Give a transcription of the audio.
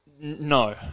no